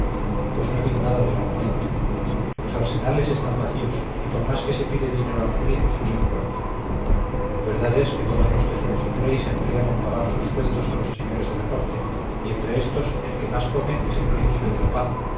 pues no digo nada del armamento los arsenales están vacíos y por más que se pide dinero a madrid ni un cuarto verdad es que todos los tesoros del rey se emplean en pagar sus sueldos a los señores de la corte y entre éstos el que más come es el príncipe de la paz